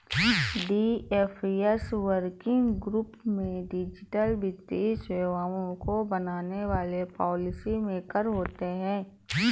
DFS working group में digital वित्तीय सेवाओं को बनाने वाले पॉलिसी मेकर होते हैं